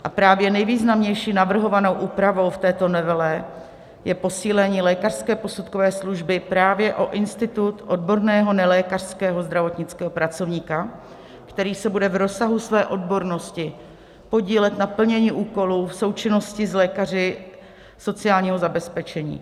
A právě nejvýznamnější navrhovanou úpravou v této novele je posílení lékařské posudkové služby právě o institut odborného nelékařského zdravotnického pracovníka, který se bude v rozsahu své odbornosti podílet na plnění úkolů v součinnosti s lékaři sociálního zabezpečení.